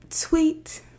Tweet